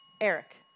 Eric